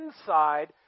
inside